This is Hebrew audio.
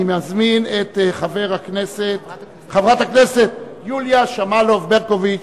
אני מזמין את חברת הכנסת יוליה שמאלוב-ברקוביץ